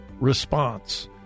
response